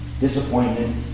Disappointment